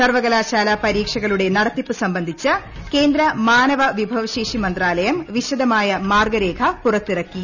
സർവ്വകലാശാല പരീക്ഷകളുടെ നടത്തിപ്പ് സംബന്ധിച്ച് കേന്ദ്ര മാനവിഭവശേഷി മന്ത്രാലയം വിശദമായ മാർഗ്ഗരേഖ പുറത്തിറക്കി